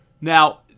Now-